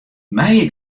meie